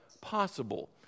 Possible